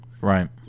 Right